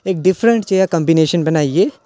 इक डिफरेंट जनेहा कंबीनेशन बनाइयै